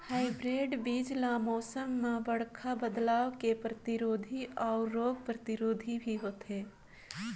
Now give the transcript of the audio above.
hybrid बीज ल मौसम में बड़खा बदलाव के प्रतिरोधी अऊ रोग प्रतिरोधी भी होथे